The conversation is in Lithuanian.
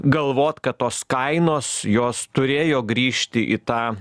galvot kad tos kainos jos turėjo grįžti į tą